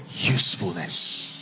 usefulness